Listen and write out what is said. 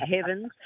heavens